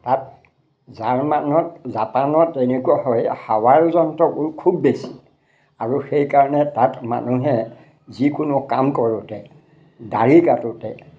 তাত জাৰ্মানত জাপানত তেনেকুৱা হয় হাৱাৰ যন্ত্ৰবোৰ খুব বেছি আৰু সেইকাৰণে তাত মানুহে যিকোনো কাম কৰোঁতে দাঢ়ি কাটোতে